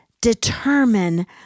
determine